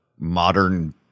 Modern